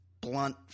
blunt